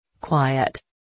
quiet